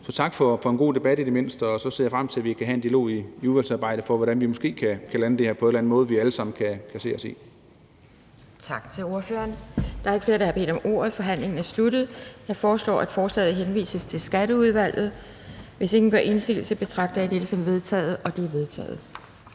Så tak for en god debat i det mindste, og så ser jeg frem til, at vi kan have en dialog i udvalgsarbejdet om, hvordan vi måske kan lande det her på en eller anden måde, som vi alle sammen kan se os i. Kl. 12:50 Anden næstformand (Pia Kjærsgaard): Tak til ordføreren. Der er ikke flere, der har bedt om ordet, og så er forhandlingen sluttet. Jeg foreslår, at forslaget til folketingsbeslutning henvises til Skatteudvalget. Hvis ingen gør indsigelse, betragter jeg dette som vedtaget. Det er vedtaget.